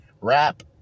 rap